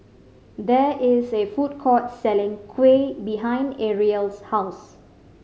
there is a food court selling kuih behind Ariel's house